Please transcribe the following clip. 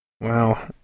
Wow